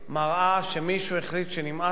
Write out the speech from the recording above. מראה שמישהו החליט שנמאס לו,